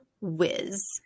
Whiz